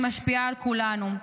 היא משפיעה על כולנו.